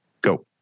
go